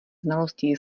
znalostí